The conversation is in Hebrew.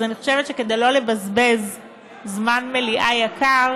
אז אני חושבת שכדי לא לבזבז זמן מליאה יקר